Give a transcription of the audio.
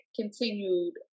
continued